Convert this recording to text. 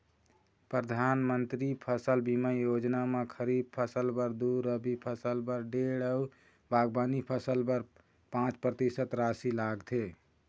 परधानमंतरी फसल बीमा योजना म खरीफ फसल बर दू, रबी फसल बर डेढ़ अउ बागबानी फसल बर पाँच परतिसत रासि लागथे